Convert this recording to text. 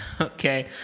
Okay